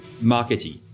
marketing